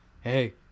Hey